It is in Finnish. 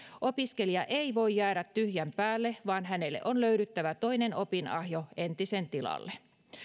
opiskelija ei voi jäädä tyhjän päälle vaan hänelle on löydyttävä toinen opinahjo entisen tilalle